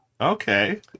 Okay